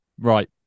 Right